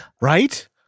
Right